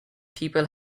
people